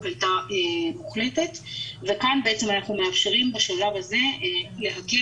כמובן שאסור להם לקחת